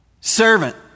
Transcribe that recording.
servant